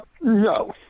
No